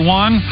one